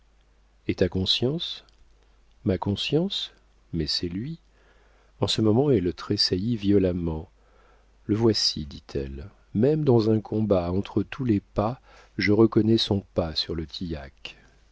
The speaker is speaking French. et ta conscience ma conscience mais c'est lui en ce moment elle tressaillit violemment le voici dit-elle même dans un combat entre tous les pas je reconnais son pas sur le tillac